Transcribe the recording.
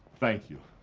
thank you.